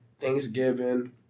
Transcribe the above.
Thanksgiving